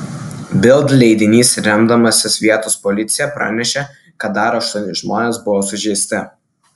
bild leidinys remdamasis vietos policija pranešė kad dar aštuoni žmonės buvo sužeisti